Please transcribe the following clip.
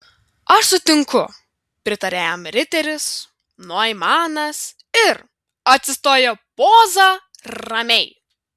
aš sutinku pritarė jam riteris noimanas ir atsistojo poza ramiai